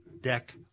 deck